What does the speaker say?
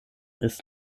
ist